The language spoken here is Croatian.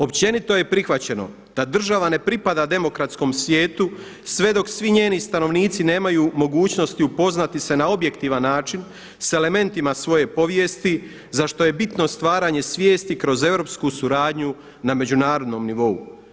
Općenito je prihvaćeno da država ne pripada demokratskom svijetu sve dok svi njeni stanovnici nemaju mogućnosti upoznati se na objektivan način sa elementima svoje povijesti za što je bitno stvaranje svijesti kroz europsku suradnju na međunarodnom nivou.